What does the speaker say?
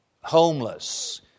homeless